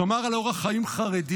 שמר על אורח חיים חרדי,